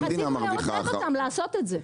רצינו לעודד אותם לעשות את זה.